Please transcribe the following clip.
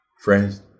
friends